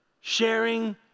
Sharing